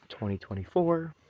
2024